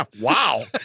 Wow